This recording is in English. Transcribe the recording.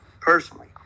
personally